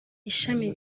ishami